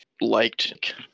liked